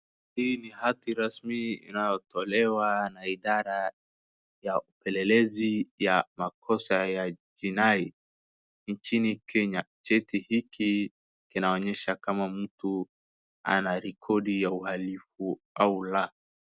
Hii ni hati rasmi inayotolewa na idara ya upelelezi ya makosa ya jinai nchini Kenya. Cheti hiki kinaonyeha kama mtu ana rekodi ya uhalifu au la.